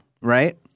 right